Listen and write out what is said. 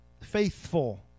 faithful